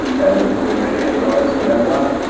and until we meet again guys, remember,